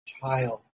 child